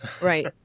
right